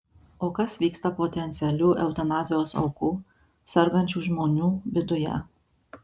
o kas vyksta potencialių eutanazijos aukų sergančių žmonių viduje